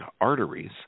arteries